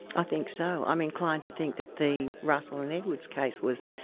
i think so. i'm inclined to think that the russell and edwards case was,